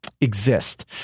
exist